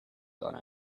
gone